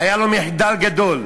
היה לו מחדל גדול.